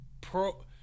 pro